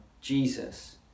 Jesus